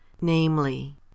Namely